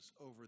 Over